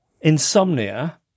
insomnia